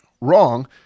Wrong